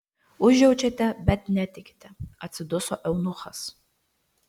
užjaučiate bet netikite atsiduso eunuchas